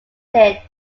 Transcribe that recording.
started